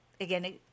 again